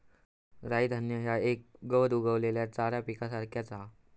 राई धान्य ह्या एक गवत उगवलेल्या चारा पिकासारख्याच हा